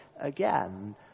again